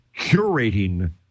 curating